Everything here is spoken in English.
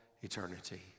eternity